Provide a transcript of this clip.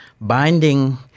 binding